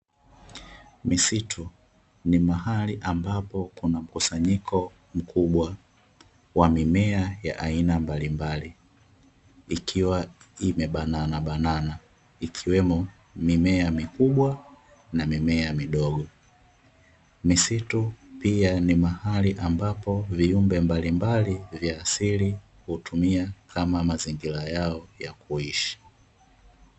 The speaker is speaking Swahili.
Misitu ni mahali ambapo kuna mkusanyiko mkubwa wa mimea ya aina mbalimbali, ikiwa imebananabanana ikiwemo mimea mikubwa na mimea midogo. Misitu pia ni mahali ambapo viumbe mbalimbali vya asili hutumia kama mazingira yao ya kuishi.